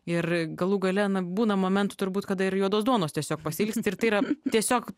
ir galų gale na būna momentų turbūt kada ir juodos duonos tiesiog pasiilgsti ir tai yra tiesiog